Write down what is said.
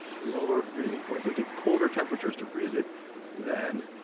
lower freezing point, so it takes colder temperatures to freeze it than